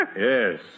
Yes